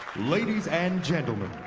ladies and gentlemen,